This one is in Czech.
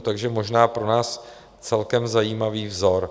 Takže možná pro nás celkem zajímavý vzor.